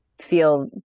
feel